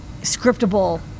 scriptable